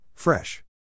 Fresh